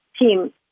team